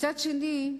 ומצד שני,